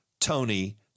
Tony